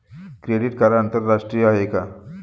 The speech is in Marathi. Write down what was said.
क्रेडिट कार्ड आंतरराष्ट्रीय आहे का?